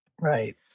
Right